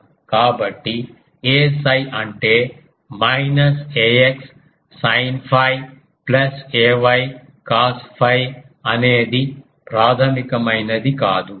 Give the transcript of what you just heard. కాబట్టి aφ అంటే minus ax sin 𝛟 plus ay cos 𝛟 అనేది ప్రాధమికమైనది కాదు